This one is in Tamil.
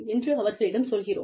என்று அவர்களிடம் சொல்கிறோம்